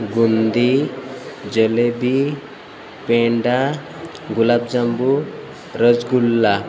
ગુંદી jalebi peda gulab jamun rasgulla